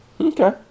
Okay